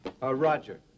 Roger